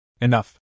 Enough